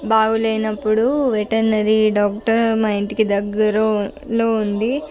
బాగలేనప్పుడు veterinary doctor మా ఇంటికి దగ్గరలో ఉంది